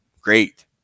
great